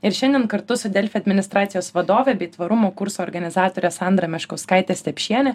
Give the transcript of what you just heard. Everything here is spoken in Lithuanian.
ir šiandien kartu su delfi administracijos vadove bei tvarumo kurso organizatore sandra meškauskaite stepšiene